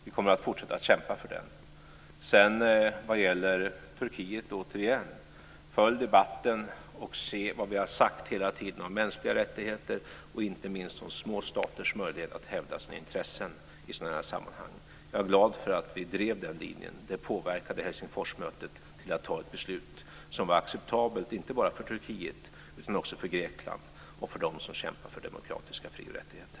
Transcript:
Vi kommer att fortsätta att kämpa för den. Turkiet återigen: Följ debatten och se vad vi hela tiden har sagt om mänskliga rättigheter och inte minst om små staters möjlighet att hävda sina intressen i sådana här sammanhang. Jag är glad att vi drev den linjen. Det påverkade Helsingforsmötet till att fatta ett beslut som var acceptabelt, inte bara för Turkiet utan också för Grekland och för dem som kämpar för demokratiska fri och rättigheter.